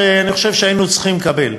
שאני חושב שהיינו צריכים לקבל,